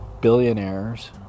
billionaires